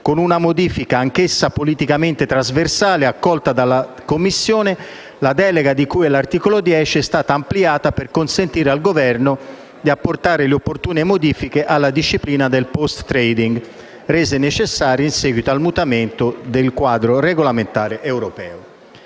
Con una modifica anch'essa politicamente trasversale accolta dalla Commissione, la delega di cui all'articolo 10 è stata ampliata per consentire al Governo di apportare le opportune modifiche alla disciplina del *post trading*, resa necessaria in seguito al mutamento del quadro regolamentare europeo.